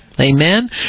Amen